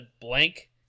blank